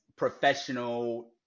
professional